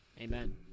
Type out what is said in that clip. Amen